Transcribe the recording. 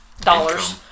dollars